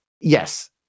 Yes